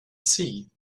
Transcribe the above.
see